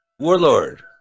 Warlord